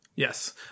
Yes